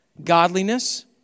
Godliness